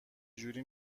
جوری